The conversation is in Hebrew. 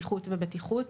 איכות ובטיחות.